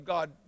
God